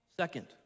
Second